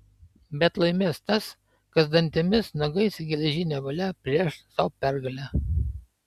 bet laimės tas kas dantimis nagais ir geležine valia plėš sau pergalę